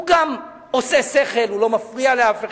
הוא גם עושה שכל, הוא לא מפריע לאף אחד,